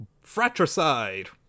fratricide